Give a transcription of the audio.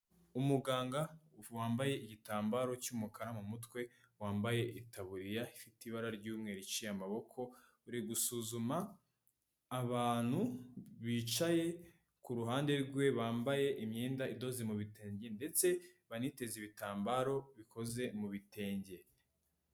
Umuganga wambaye igitambaro cy'umukara mu mutwe, wambaye itaburiya ifite ibara rw'umweru iciye amaboko, uri gusuzuma abantu bicaye ku ruhande rwe bambaye imyenda idoze mu bitenge, ndetse baniteze ibitambaro bikoze mu bitenge.